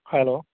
hello